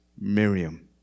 Miriam